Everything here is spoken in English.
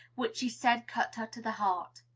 which she said cut her to the heart.